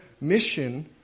mission